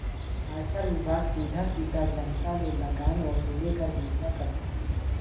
आयकर विभाग सीधा सीधा जनता ले लगान वसूले कर बूता करथे